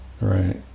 Right